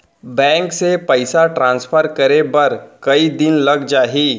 Bank से पइसा transfer करे बर कई दिन लग जाही?